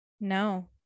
No